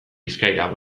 bizkaira